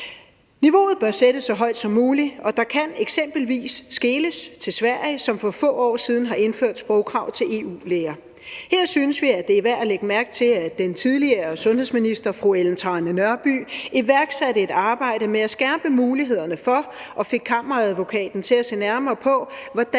Niveauet bør sættes så højt som muligt, og der kan eksempelvis skeles til Sverige, som for få år siden har indført sprogkrav til EU-læger. Her synes vi, at det er værd at lægge mærke til, at den tidligere sundhedsminister fru Ellen Trane Nørby iværksatte et arbejde med at skærpe mulighederne for og fik Kammeradvokaten til at se nærmere på, hvordan